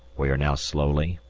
we are now slowly,